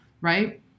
right